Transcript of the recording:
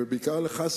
ובעיקר לך,